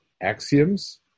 axioms